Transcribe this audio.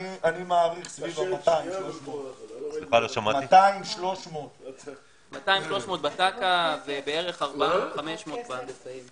אני מעריך בסביבות 300-200. 300-200 בתק"א ובערך 500-400 בהנדסאים.